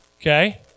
Okay